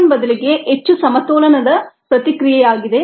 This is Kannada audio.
k1 ಬದಲಿಗೆ ಹೆಚ್ಚು ಸಮತೋಲನದ ಪ್ರತಿಕ್ರಿಯೆಯಾಗಿದೆ